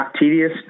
tedious